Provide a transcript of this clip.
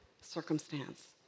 circumstance